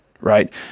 right